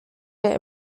der